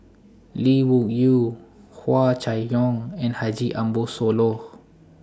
Lee Wung Yew Hua Chai Yong and Haji Ambo Sooloh